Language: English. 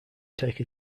take